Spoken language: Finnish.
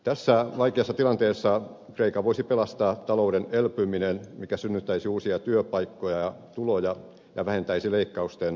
tässä vaikeassa tilanteessa kreikan voisi pelastaa talouden elpyminen mikä synnyttäisi uusia työpaikkoja ja tuloja ja vähentäisi leikkausten tarvetta